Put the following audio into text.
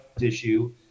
issue